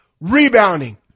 Rebounding